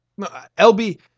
LB